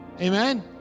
Amen